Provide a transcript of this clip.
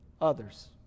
others